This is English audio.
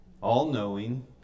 all-knowing